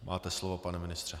Máte slovo, pane ministře.